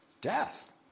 death